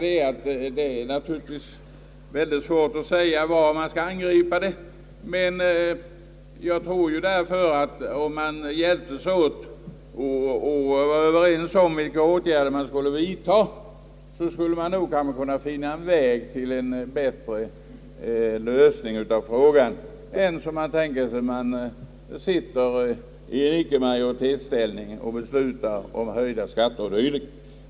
Det är naturligtvis svårt att säga vilket område man skall angripa, men jag tror att om alla hjälptes åt skulle man nog kunna finna vägar till bättre lösningar än vad som nu är möjligt, när man sitter i en ickemajoritetsställning och beslutar om höjda skatter.